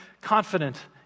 confident